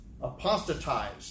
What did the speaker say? apostatized